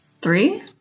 Three